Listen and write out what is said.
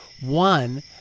One